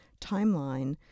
timeline